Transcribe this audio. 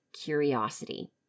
curiosity